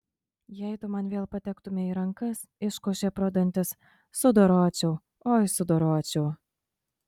jei tu man vėl patektumei į rankas iškošė pro dantis sudoročiau oi sudoročiau